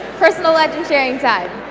personal legend sharing time.